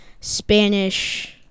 Spanish